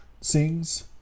sings